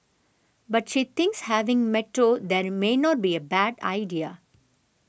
but she thinks having Metro there may not be a bad idea